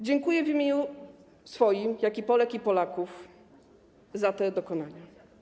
Dziękuję w imieniu swoim, jak i Polek i Polaków za te dokonania.